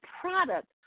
product